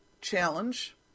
challenge